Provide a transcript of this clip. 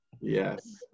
Yes